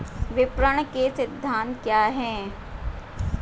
विपणन के सिद्धांत क्या हैं?